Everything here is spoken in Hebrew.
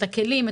את הכלים,